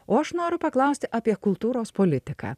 o aš noriu paklaust apie kultūros politiką